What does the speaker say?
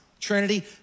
trinity